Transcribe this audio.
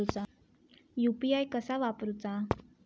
UPI कसा वापरूचा?